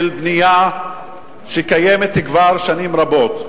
בנייה שקיימת כבר שנים רבות.